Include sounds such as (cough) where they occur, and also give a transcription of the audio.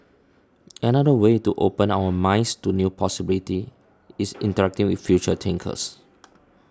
another way to open our minds to new possibilities is (noise) interacting with future thinkers